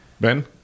Ben